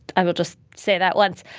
i will just say that once.